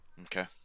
okay